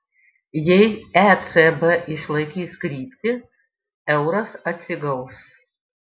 jei ecb išlaikys kryptį euras atsigaus